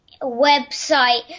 website